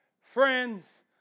Friends